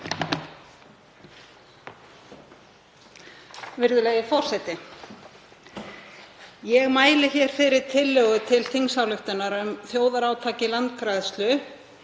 Virðulegi forseti. Ég mæli hér fyrir tillögu til þingsályktunar um þjóðarátak í landgræðslu